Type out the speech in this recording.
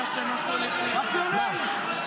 מאפיונרים.